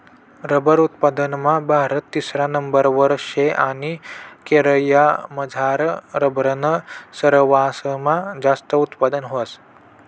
rubber उत्पादनमा भारत तिसरा नंबरवर शे आणि केरयमझार रबरनं सरवासमा जास्त उत्पादन व्हस